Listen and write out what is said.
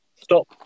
Stop